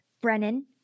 Brennan